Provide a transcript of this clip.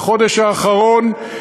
בחודש האחרון,